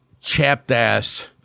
chapped-ass